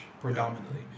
predominantly